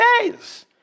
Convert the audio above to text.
days